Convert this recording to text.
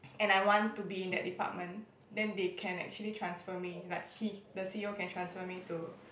and I want to be in that department then they can actually transfer me like he the c_e_o can transfer me to